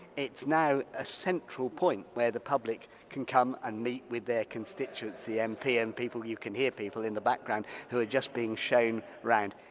it's now a central point where the public can come and meet with their constituency mp and people you can hear people in the background who are just being shown around.